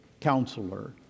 Counselor